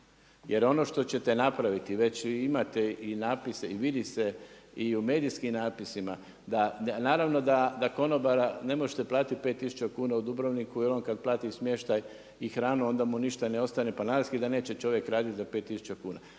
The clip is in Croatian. Jer ono što ćete napraviti, već imate i napise i vidi se i u medijskim napisima, naravno da konobara ne možete platiti pet tisuća kuna u Dubrovniku jel on kada plati smještaj i hranu onda mu ništa ne ostane, pa naravski da neće čovjek raditi za pet tisuća